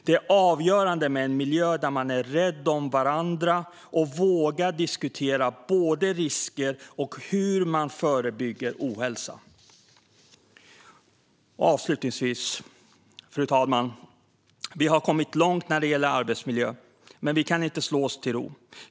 Det är avgörande med en miljö där man är rädd om varandra och vågar diskutera både risker och hur man förebygger ohälsa. Fru talman! Vi har kommit långt när det gäller arbetsmiljö, men vi kan inte slå oss till ro.